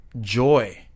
joy